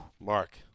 Mark